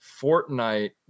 Fortnite